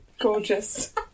Gorgeous